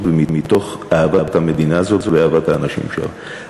ומתוך אהבת המדינה הזאת ואהבת האנשים שלה.